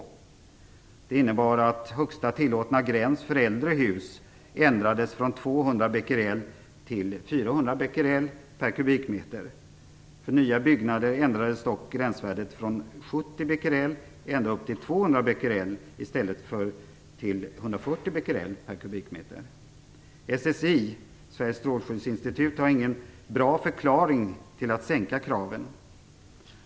Detta innebar att högsta tillåtna gräns för äldre hus ändrades från 200 SSI, Sveriges strålskyddsinstitut, har ingen bra förklaring till att sänka kraven.